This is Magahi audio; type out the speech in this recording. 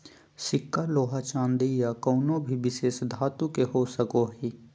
सिक्का लोहा चांदी या कउनो भी विशेष धातु के हो सको हय